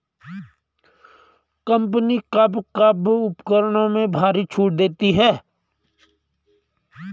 Company कब कब उपकरणों में भारी छूट देती हैं?